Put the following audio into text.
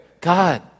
God